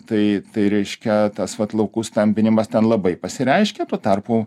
tai tai reiškia tas vat laukų stambinimas ten labai pasireiškė tuo tarpu